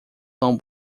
tão